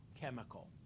Chemical